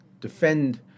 defend